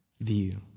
view